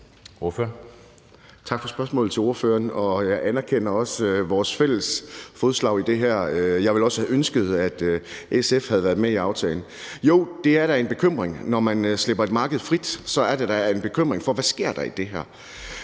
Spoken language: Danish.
for spørgsmålet. Jeg anerkender også vores fælles fodslag i det her. Jeg ville også have ønsket, at SF havde været med i aftalen. Jo, det er da en bekymring. Når man slipper et marked fri, er det da en bekymring, for hvad sker der i det her?